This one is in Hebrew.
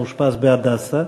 מאושפז ב"הדסה".